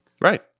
right